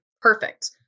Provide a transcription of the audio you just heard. perfect